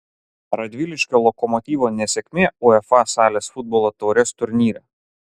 radviliškio lokomotyvo nesėkmė uefa salės futbolo taurės turnyre